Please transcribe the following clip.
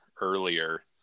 earlier